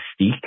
mystique